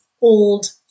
old